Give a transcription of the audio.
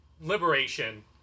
liberation